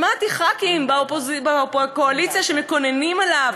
שמעתי חברי כנסת בקואליציה שמקוננים עליו,